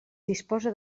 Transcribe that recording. disposa